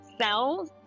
cells